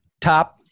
top